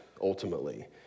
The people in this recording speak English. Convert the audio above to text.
ultimately